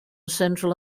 central